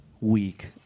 week